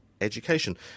education